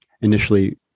initially